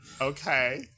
okay